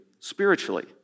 spiritually